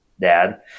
dad